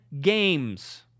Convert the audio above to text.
games